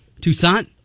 Toussaint